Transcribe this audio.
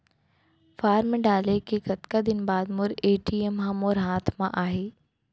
Form डाले के कतका दिन बाद मोर ए.टी.एम ह मोर हाथ म आही?